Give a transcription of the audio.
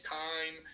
time